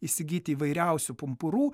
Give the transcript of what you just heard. įsigyti įvairiausių pumpurų